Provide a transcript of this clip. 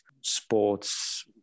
sports